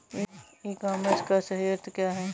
ई commerce का सही अर्थ क्या है?